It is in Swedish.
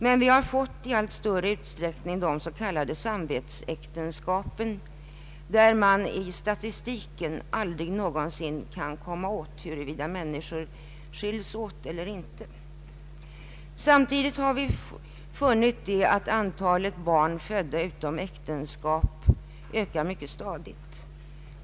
Men vi har i allt större utsträckning fått s.k. samvetsäktenskap, och när det gäller dessa kan statistiken aldrig helt fastställa huruvida människor skiljs åt. Samtidigt har vi funnit att antalet födda barn utom äktenskapet ökar mycket stadigt.